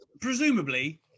Presumably